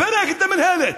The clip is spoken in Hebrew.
לפרק את המינהלת.